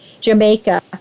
Jamaica